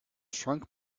shrunk